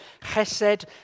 chesed